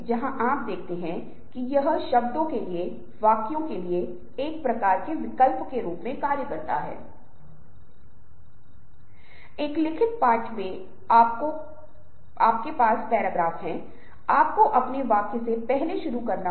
जहाँ हम अपनी मान्यताओं अपने दृष्टिकोणों अपने विशिष्ट व्यवहार के तरीकों के बारे में बात कर रहे हैं जिस तरह से हम एक ही भाषा में भी अलग अलग तरीके से बात कर रहे हैं लेकिन जब हम एक उप संस्कृति की बात कर रहे हैं तो हम उससे भी छोटे क्षेत्र के बारे में बात कर रहे हैं